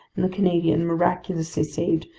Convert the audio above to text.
and the canadian, miraculously saved,